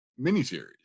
miniseries